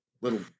little